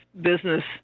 business